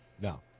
No